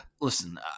listen